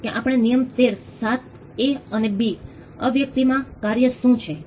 પરંતુ કેટલાક કિસ્સાઓમાં આપણી પાસે સ્રોતની ઉપલબ્ધતા ઓછી છે